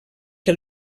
que